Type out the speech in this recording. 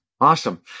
Awesome